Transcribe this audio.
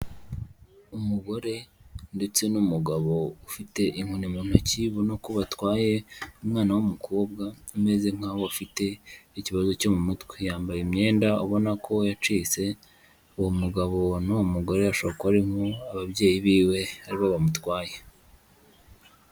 Umugore ndetse n'umugabo ufite inkoni mu ntoki, ububona ko batwaye umwana w'umukobwa ameze nkaho afite ikibazo cyo mu mutwe, yambaye imyenda ubona ko yacitse, uwo mugabo n'uwo mugore ashobora kuba nk'ababyeyi biwe ari bo bamutwaye.